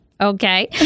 okay